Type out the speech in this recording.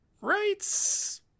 Rights